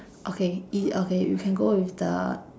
okay i~ okay you can go with the